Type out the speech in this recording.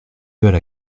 œufs